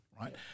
right